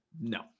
No